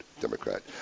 Democrat